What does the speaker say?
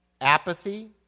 apathy